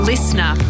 Listener